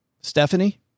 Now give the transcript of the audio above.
Stephanie